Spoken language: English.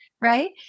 Right